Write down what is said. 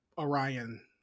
Orion